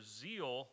zeal